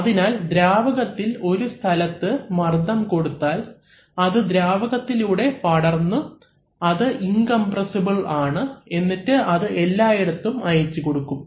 അതിനാൽ ദ്രാവകത്തിൽ ഒരു സ്ഥലത്ത് മർദ്ദം കൊടുത്താൽ അത് ദ്രാവകത്തിലൂടെ പടർന്നു അത് ഇൻകംപ്രെസ്സിബിൽ ആണ് എന്നിട്ട് അത് എല്ലായിടത്തും അയച്ചുകൊടുക്കും